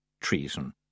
treason